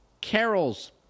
carol's